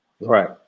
Right